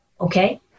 okay